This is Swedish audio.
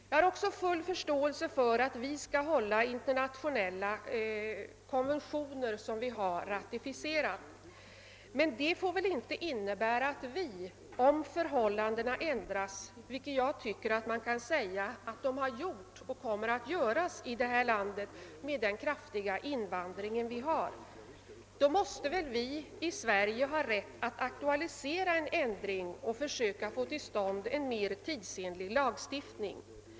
Jag har full förståelse för att vi måste hålla internationella konventioner som vi har ratificerat, men det får väl inte innebära att vi om förhållandena har ändrats — och jag tycker man kan säga att de har ändrats och säkert kommer att ändras med den kraftiga invandring vi har till vårt land — inte skulle ha rätt att aktualisera en ändring och försöka få till stånd en mer tidsenlig lagstiftning.